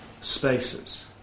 spaces